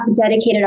dedicated